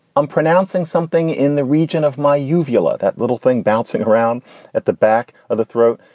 i'm pronouncing something in the region of my uvula, that little thing bouncing around at the back of the throat.